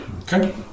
Okay